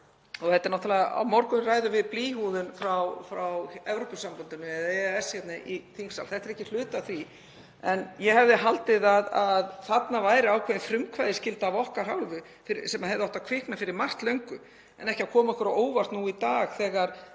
sé fylgt eftir. Á morgun ræðum við blýhúðun frá Evrópusambandinu eða EES hér í þingsal. Þetta er ekki hluti af því, en ég hefði haldið að þarna væri ákveðin frumkvæðisskylda af okkar hálfu sem hefði átt að kvikna fyrir margt löngu en ekki að koma okkur á óvart í dag þegar